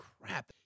crap